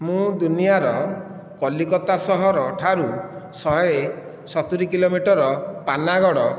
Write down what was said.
ମୁଁ ଦୁନିଆର କଲିକତା ସହରଠାରୁ ଶହେ ସତୁରି କିଲୋମିଟର ପାନାଗଡ଼